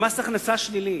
למס הכנסה שלילי.